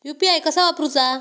UPI कसा वापरूचा?